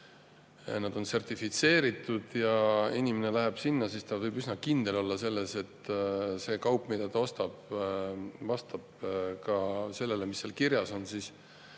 need on sertifitseeritud. Kui inimene läheb sinna ärisse, siis ta võib üsna kindel olla, et see kaup, mida ta ostab, vastab sellele, mis seal kirjas on.